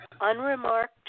unremarked